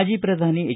ಮಾಜಿ ಶ್ರಧಾನಿ ಹೆಚ್